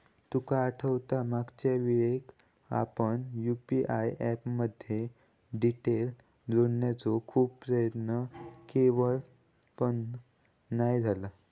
तुका आठवता मागच्यावेळेक आपण यु.पी.आय ऍप मध्ये डिटेल जोडण्याचो खूप प्रयत्न केवल पण नाय झाला